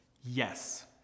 Yes